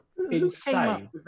Insane